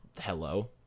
Hello